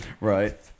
Right